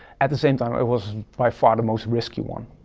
at the same time, it was by far the most risky one,